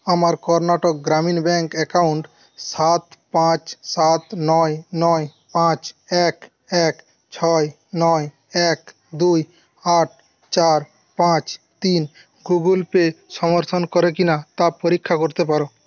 আমার Karnataka Grameen bank account সাত পাঁচ সাত নয় নয় পাঁচ এক এক ছয় নয় এক দুই আট চার পাঁচ তিন গুগল পে সমর্থন করে কি না তা পরীক্ষা করতে পারো